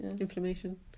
Inflammation